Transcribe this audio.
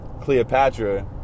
Cleopatra